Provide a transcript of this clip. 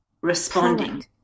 responding